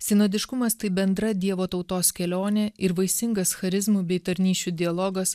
sinodiškumas tai bendra dievo tautos kelionė ir vaisingas charizmų bei tarnysčių dialogas